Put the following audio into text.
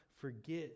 forget